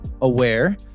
aware